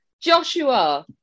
Joshua